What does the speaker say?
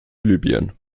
libyen